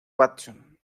watson